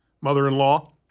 Mother-in-law